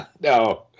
No